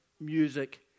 music